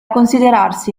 considerarsi